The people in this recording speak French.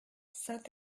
saint